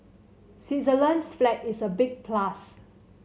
Switzerland's flag is a big plus